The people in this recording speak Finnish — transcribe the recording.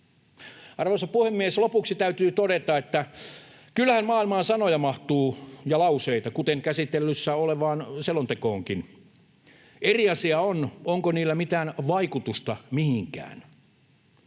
Arvoisa puhemies! Lopuksi täytyy todeta, että kyllähän maailmaan sanoja ja lauseita mahtuu, kuten käsittelyssä olevaan selontekoonkin. Eri asia on, onko niillä mitään vaikutusta mihinkään.